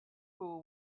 pool